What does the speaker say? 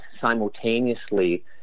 simultaneously